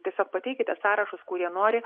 tiesiog pateikite sąrašus kurie nori